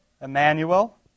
Emmanuel